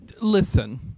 Listen